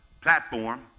platform